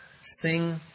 sing